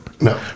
No